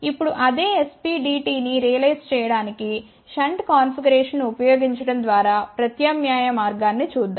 ఇప్పుడు అదే SPDT ని రియలైజ్ చేయడానికి షంట్ కాన్ఫిగరేషన్ను ఉపయోగించడం ద్వారా ప్రత్యామ్నాయ మార్గాన్ని చూద్దాం